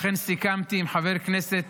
לכן סיכמתי עם חבר הכנסת